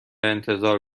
انتظار